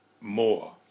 more